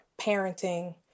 parenting